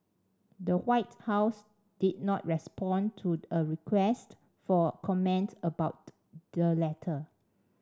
the White House did not respond to a request for comment about the letter